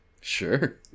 Sure